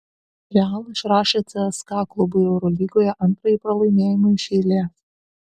real išrašė cska klubui eurolygoje antrąjį pralaimėjimą iš eilės